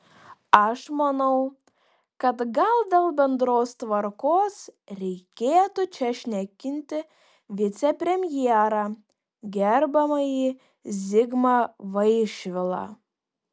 aš manau kad gal dėl bendros tvarkos reikėtų čia šnekinti vicepremjerą gerbiamąjį zigmą vaišvilą